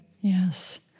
Yes